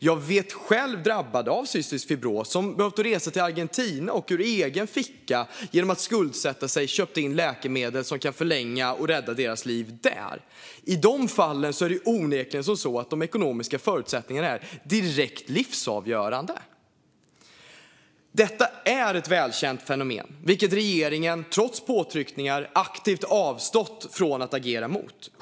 Jag vet själv drabbade av cystisk fibros som behövt resa till Argentina och skuldsätta sig för att där kunna köpa läkemedlet som kan förlänga och rädda deras liv. I de fallen är onekligen de ekonomiska förutsättningarna direkt livsavgörande. Detta är ett välkänt fenomen, vilket regeringen, trots påtryckningar, aktivt avstått från att agera mot.